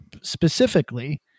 specifically